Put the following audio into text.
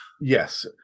Yes